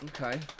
okay